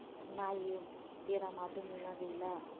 नाइयो बेरामा दङना गैला